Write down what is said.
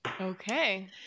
Okay